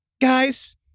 guys